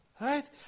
right